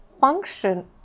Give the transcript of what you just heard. function